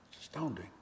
Astounding